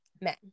men